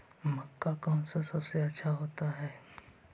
मक्का कौन सा सबसे अच्छा होता है?